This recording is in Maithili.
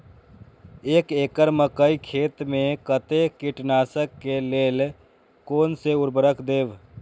एक एकड़ मकई खेत में कते कीटनाशक के लेल कोन से उर्वरक देव?